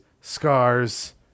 Scars